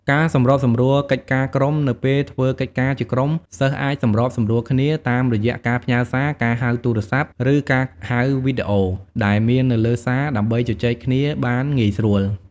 ការសម្របសម្រួលកិច្ចការក្រុម នៅពេលធ្វើកិច្ចការជាក្រុម សិស្សអាច សម្របសម្រួលគ្នា តាមរយៈការផ្ញើសារ ការហៅទូរស័ព្ទ ឬការហៅវីដេអូ ដែលមាននៅលើ សារ ដើម្បីជជែកគ្នាបានងាយស្រួល។